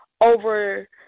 over